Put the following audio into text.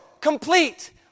complete